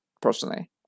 Personally